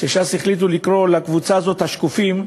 כשש"ס החליטו לקרוא לקבוצה הזאת "השקופים".